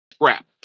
crap